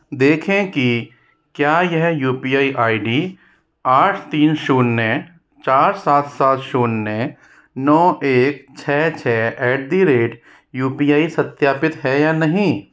देखें कि क्या यह U P I I D आठ तीन शून्य चार सात सात शून्य नौ एक छ छ at a rate U P I सत्यापित है या नहीं